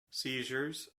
seizures